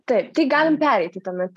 tai tai galim pereiti tuomet